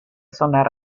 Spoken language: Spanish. sonar